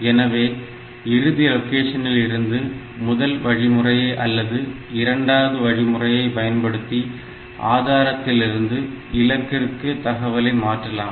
எனவே இறுதி லொகேஷனில் இருந்து முதல் வழிமுறையை அல்லது இரண்டாவது வழிமுறையை பயன்படுத்தி ஆதாரத்திலிருந்து இலக்கிற்கு தகவலை மாற்றலாம்